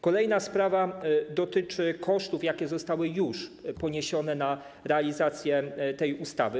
Kolejna sprawa dotyczy kosztów, jakie już zostały poniesione na realizację tej ustawy.